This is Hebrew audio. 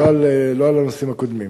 לא על הנושאים הקודמים.